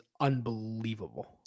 unbelievable